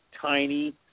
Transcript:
tiny